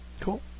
Cool